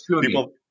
people